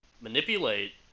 manipulate